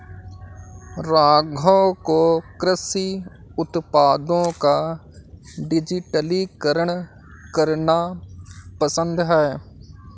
राघव को कृषि उत्पादों का डिजिटलीकरण करना पसंद है